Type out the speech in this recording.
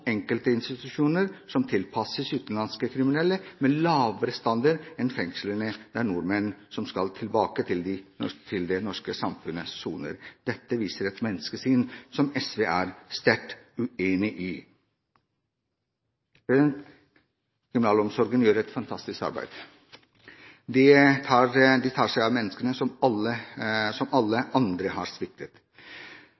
enkelte institusjoner som tilpasses utenlandske kriminelle med lavere standard enn fengslene der nordmenn som skal tilbake til det norske samfunnet, soner». Dette viser et menneskesyn som SV er sterkt uenig i. Kriminalomsorgen gjør et fantastisk arbeid. De tar seg av mennesker som alle andre har sviktet. Reparasjonsarbeid er vanskelig, derfor står det respekt av den jobben som